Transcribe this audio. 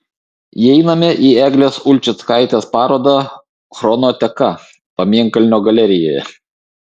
įeiname į eglės ulčickaitės parodą chrono teka pamėnkalnio galerijoje